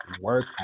work